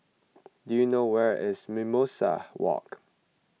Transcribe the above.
do you know where is Mimosa Walk